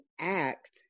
act